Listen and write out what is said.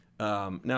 Now